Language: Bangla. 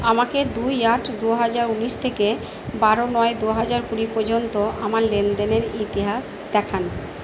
আমাকে দুই আট দু হাজার ঊনিশ থেকে বারো নয় দু হাজার কুড়ি পর্যন্ত আমার লেনদেনের ইতিহাস দেখান